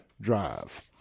Drive